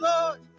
Lord